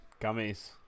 gummies